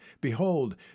Behold